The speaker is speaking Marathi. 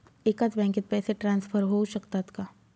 एकाच बँकेत पैसे ट्रान्सफर होऊ शकतात का?